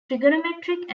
trigonometric